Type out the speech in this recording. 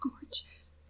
Gorgeous